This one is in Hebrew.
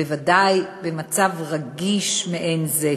בוודאי במצב רגיש מעין זה.